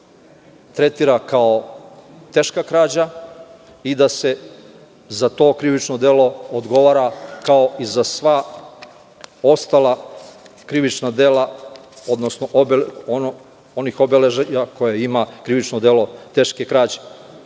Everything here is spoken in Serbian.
tretira kao teška krađa i da se za to krivično delo odgovara kao i za sva ostala krivična dela, odnosno onih obeležja koje ima krivično delo teške krađe.